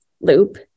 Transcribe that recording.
loop